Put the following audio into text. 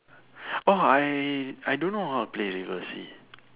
orh I I don't know how to play reverse